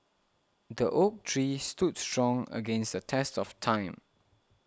the oak tree stood strong against the test of time